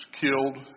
killed